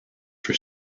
for